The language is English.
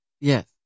Yes